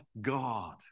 God